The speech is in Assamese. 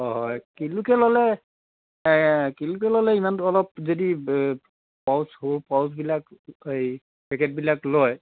অঁ হয় কিলোকৈ ল'লে কিলোকৈ ল'লে ইমানটো অলপ যদি প'চ সৰু প'চবিলাক এই পেকেটবিলাক লয়